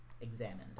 examined